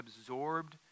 absorbed